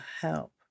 help